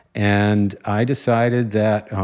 and i decided that,